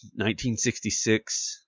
1966